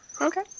okay